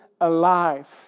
alive